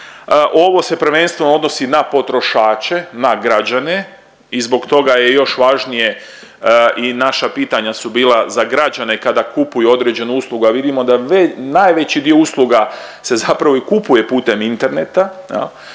ovo se prvenstveno odnosi na potrošače na građane i zbog toga je još i važnije i naša pitanja su bila za građane kada kupuju određenu uslugu. A vidimo da najveći dio usluga se zapravo i kupuje putem interneta